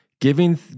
Giving